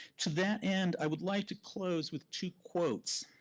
to that end, i would like to close with two quotes.